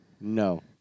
No